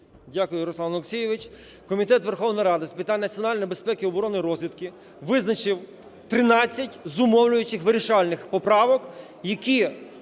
Дякую, Руслан Олексійович. Комітет Верховної Ради з питань національної безпеки, оборони та розвідки визначив 13 зумовлюючих, вирішальних поправок, які